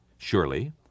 Surely